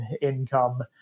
income